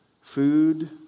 food